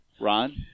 Ron